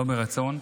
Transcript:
לא מרצון.